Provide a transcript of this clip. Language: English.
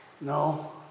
No